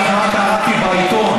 יש אחד ביש עתיד שמקבל את התוספת.